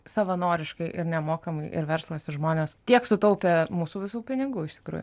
savanoriškai ir nemokamai ir verslas ir žmonės tiek sutaupė mūsų visų pinigų iš tikrųjų